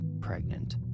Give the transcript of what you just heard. pregnant